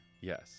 Yes